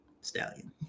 stallion